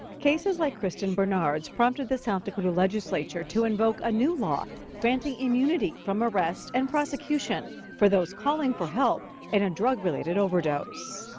cases like kristen bernard's prompted the south dakota legislature to invoke a new law granting immunity from arrest and prosecution for those calling for help in a drug-related overdose.